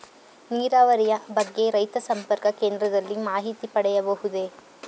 ನೀರಾವರಿಯ ಬಗ್ಗೆ ರೈತ ಸಂಪರ್ಕ ಕೇಂದ್ರದಲ್ಲಿ ಮಾಹಿತಿ ಪಡೆಯಬಹುದೇ?